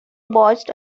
botched